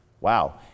Wow